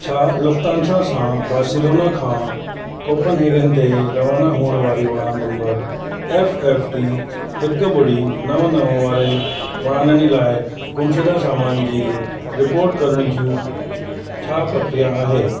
छा लुफ्तांसा सां बारसीलोना खां कोपनहेगन ते रवाना हुअण वारी उड़ान नंबर एफ एफ टी हिकु ॿुड़ी नव नव वारनि उड़ाननि लाइ गुमशुदा सामान जी रिपोर्ट करण ज्यूं छा प्रक्रिया आहे